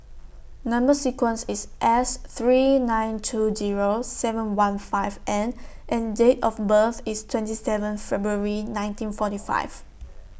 Number sequence IS S three nine two Zero seven one five N and Date of birth IS twenty seven February nineteen forty five